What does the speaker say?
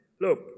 Look